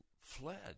fled